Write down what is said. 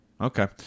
okay